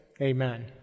Amen